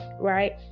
Right